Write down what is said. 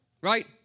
right